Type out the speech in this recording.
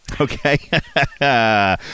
Okay